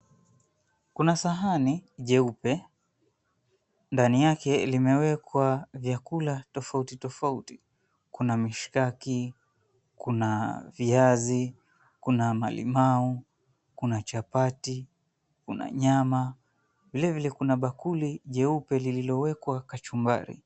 Kuna sahani jeupe. Ndani yake limewekwa vyakula tofauti tofauti. Kuna mishikaki, kuna viazi, kuna malimau, kuna chapati na nyama. Vile vile kuna bakuli jeupe lililowekwa kachumbari.